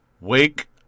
Wake